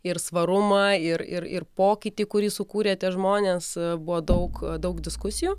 ir svarumą ir ir ir pokytį kurį sukūrė tie žmonės buvo daug daug diskusijų